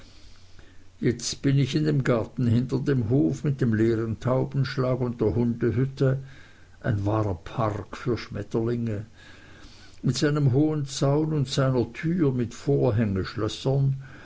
jetzt bin ich in dem garten hinter dem hof mit dem leeren taubenschlag und der hundehütte ein wahrer park für schmetterlinge mit seinem hohen zaun und seiner türe mit